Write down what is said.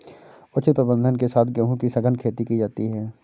उचित प्रबंधन के साथ गेहूं की सघन खेती की जाती है